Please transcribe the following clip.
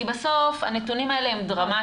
כי בסוף הנתונים האלה הם דרמטיים.